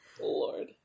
lord